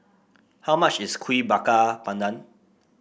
how much is Kuih Bakar Pandan